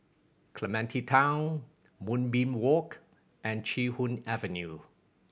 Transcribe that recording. Clementi Town Moonbeam Walk and Chee Hoon Avenue